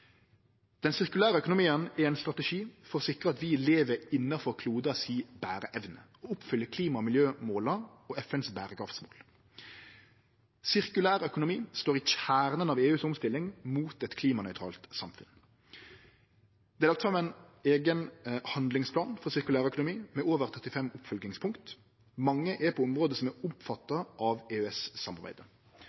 Den sirkulære økonomien er ein strategi for å sikre at vi lever innanfor bereevna til kloden, og oppfyller klima- og miljømåla og FNs berekraftsmål. Sirkulær økonomi står i kjernen av EUs omstilling mot eit klimanøytralt samfunn. Det er lagt fram ein eigen handlingsplan for sirkulær økonomi med over 35 oppfølgingspunkt. Mange er på område som er omfatta av